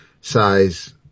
size